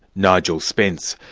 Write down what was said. nigel spence,